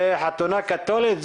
זה חתונה קאתולית?